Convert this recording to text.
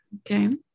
Okay